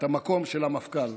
את המקום של המפכ"ל.